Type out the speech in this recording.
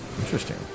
Interesting